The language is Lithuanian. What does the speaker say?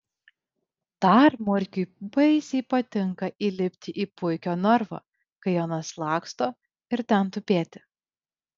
dar murkiui baisiai patinka įlipti į puikio narvą kai anas laksto ir ten tupėti